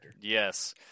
Yes